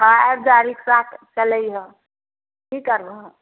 हँ आबि जाह रिक्शा चलैहऽ की करबहक